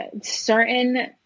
certain